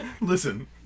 Listen